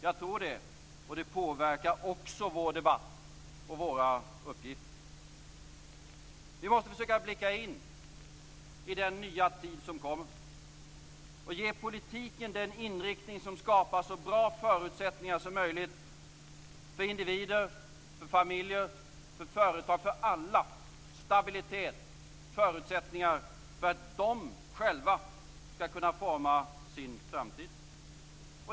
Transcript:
Det tror jag, och det påverkar också vår debatt och våra uppgifter. Vi måste försöka blicka in i den nya tid som kommer och ge politiken den inriktning som skapar så bra förutsättningar som möjligt för individer, familjer, företag, för alla, stabilitet och förutsättningar för att de själva skall kunna forma sin framtid.